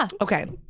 Okay